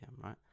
right